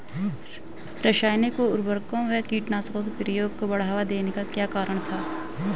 रासायनिक उर्वरकों व कीटनाशकों के प्रयोग को बढ़ावा देने का क्या कारण था?